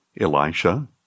Elisha